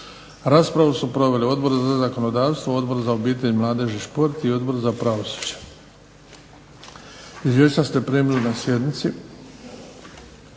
Raspravu su proveli Odbor za zakonodavstvo, Odbor za obitelj, mladež i šport i Odbor za pravosuđe. Izvješća ste primili na sjednici.